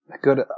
good